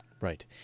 Right